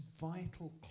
vital